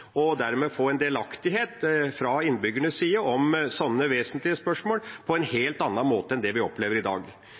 og dermed få en delaktighet fra innbyggernes side i slike vesentlige spørsmål på en helt annen måte enn det vi opplever i dag. Det er en veldig liten gruppe mennesker som i dag